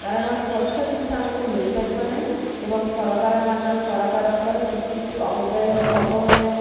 କାରଣ ସ୍ଵଚ୍ଛ ଜିନିଷ ଆମକୁ ମିଳିପାରିବ ନାହିଁ ଏବଂ ସରକାର ମାନ ସରକାରଙ୍କର ସେତିକି ଅବବ୍ୟୟ ଅବବ୍ୟୟ